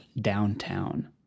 downtown